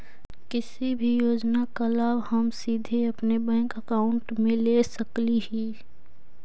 किसी भी योजना का लाभ हम सीधे अपने बैंक अकाउंट में ले सकली ही?